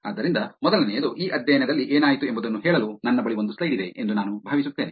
ಆದ್ದರಿಂದ ಮೊದಲನೆಯದು ಈ ಅಧ್ಯಯನದಲ್ಲಿ ಏನಾಯಿತು ಎಂಬುದನ್ನು ಹೇಳಲು ನನ್ನ ಬಳಿ ಒಂದು ಸ್ಲೈಡ್ ಇದೆ ಎಂದು ನಾನು ಭಾವಿಸುತ್ತೇನೆ